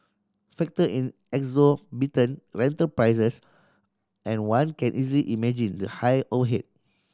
factor in exorbitant rental prices and one can easily imagine the high overhead